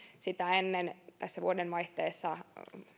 sitä ennen tässä vuodenvaihteessa